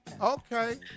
Okay